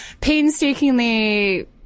painstakingly